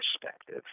perspective